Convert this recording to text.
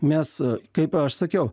mes kaip aš sakiau